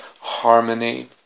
harmony